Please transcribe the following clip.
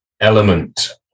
element